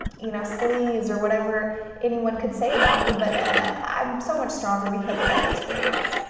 you know, sleaze, or whatever anyone could say about me. but i'm so much stronger because of that experience.